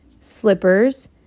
slippers